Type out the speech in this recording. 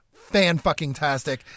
fan-fucking-tastic